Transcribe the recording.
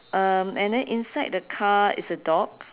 um and then inside the car is a dog